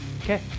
Okay